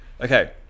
okay